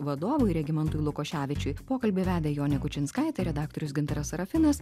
vadovui regimantui lukoševičiui pokalbį vedė jonė kučinskaitė redaktorius gintaras sarafinas